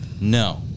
No